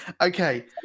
Okay